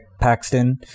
paxton